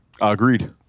Agreed